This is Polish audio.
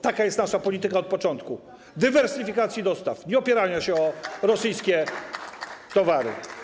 Taka jest nasza polityka od początku - dywersyfikacji dostaw, nieopierania się na rosyjskich towarach.